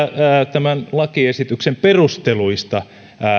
tämän lakiesityksen perusteluista